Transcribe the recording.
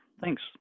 Thanks